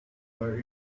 were